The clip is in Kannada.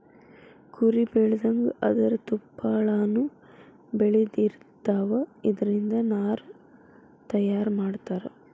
ಕುರಿ ಬೆಳದಂಗ ಅದರ ತುಪ್ಪಳಾನು ಬೆಳದಿರತಾವ, ಇದರಿಂದ ನಾರ ತಯಾರ ಮಾಡತಾರ